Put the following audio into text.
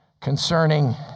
concerning